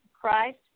Christ